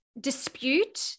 dispute